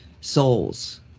souls